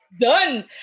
done